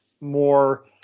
more